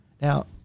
Now